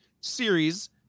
series